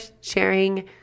sharing